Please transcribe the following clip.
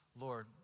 Lord